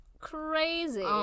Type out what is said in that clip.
crazy